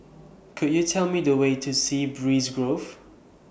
Could YOU Tell Me The Way to Sea Breeze Grove